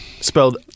spelled